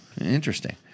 interesting